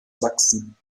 sachsen